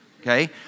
okay